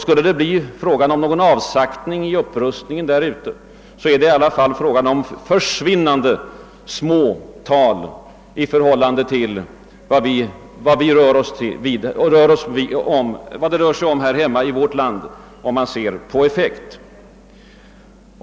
Skulle det vara fråga om någon avsaktning i upprustningen där ute, blir det ändå fråga om försvinnande små tal i förhållande till vad det rör sig om i vårt land, om man ser till effekten.